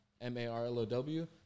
M-A-R-L-O-W